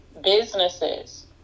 businesses